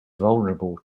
vulnerable